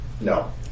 No